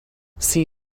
see